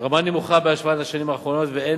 רמה נמוכה בהשוואה לשנים האחרונות וכן